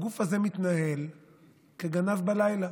הגוף הזה מתנהל כגנב בלילה,